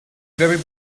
very